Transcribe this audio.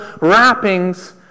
wrappings